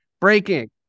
breaking